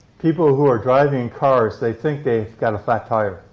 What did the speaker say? people who are driving in cars, they think they've got a flat tire.